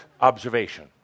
observation